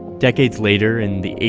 decades later, in the eighty